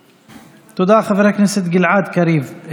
תודה, חבר הכנסת גלעד קריב.